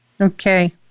Okay